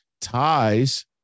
ties